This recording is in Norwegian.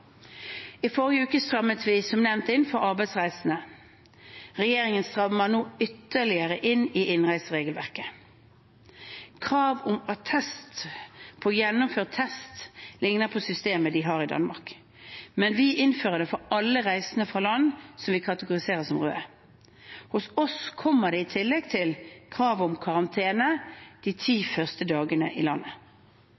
I forrige uke strammet vi som nevnt inn for arbeidsreisende. Regjeringen strammer nå ytterligere inn i innreiseregelverket. Kravet om attest på gjennomført test ligner på systemet de har i Danmark. Vi innfører det for alle reisende fra land som vi kategoriserer som røde. Hos oss kommer det i tillegg til kravet om karantene de ti